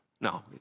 No